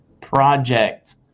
Project